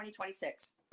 2026